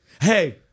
hey